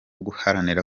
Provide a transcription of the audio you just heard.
guharanira